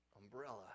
umbrella